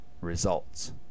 results